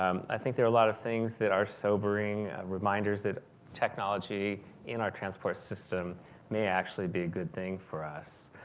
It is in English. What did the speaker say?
um i think there are a lot of things that are sobering reminders that technology in our transport system may actually be a good thing for us.